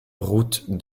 route